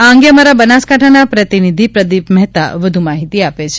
આ અંગે અમારા બનાસકાંઠાના પ્રતિનિધિ પ્રદીપ મહેતા વધુ માહિતી આપે છે